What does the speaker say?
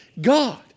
God